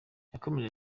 yakomeje